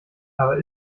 aber